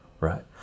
right